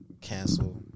cancel